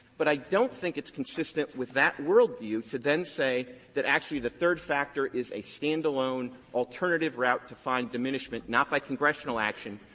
but i don't think it's consistent with that world view to then say that, actually, the third factor is a standalone alternative route to find diminishment, not by congressional action,